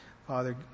Father